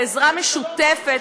בעזרה משותפת,